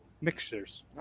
mixtures